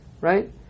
right